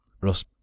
Russ